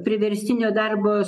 priverstinio darbo